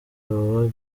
baba